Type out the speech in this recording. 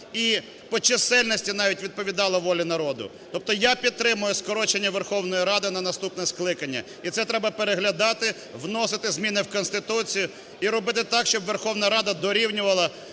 і по чисельності навіть відповідала волі народу. Тобто я підтримую скорочення Верховної Ради на наступне скликання. І це треба переглядати, вносити зміни в Конституцію і робити так, щоб Верховна Рада дорівнювала